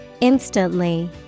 Instantly